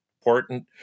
important